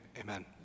Amen